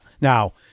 Now